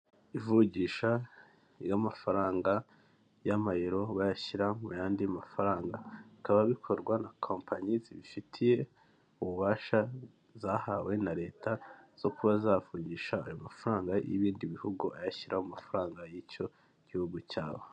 Ivunjisha ry'amafaranga y'amayero bayashyira mu yandi mafaranga, bikaba bikorwa na kompanyi zibifitiye ububasha zahawe na leta zo kuba zavungisha ayo mafaranga y'ibindi bihugu, ayashyira mu amafaranga y'icyo gihugu cyabo.